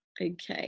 Okay